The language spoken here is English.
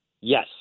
Yes